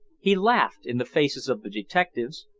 he laughed in the faces of the detectives,